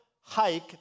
hike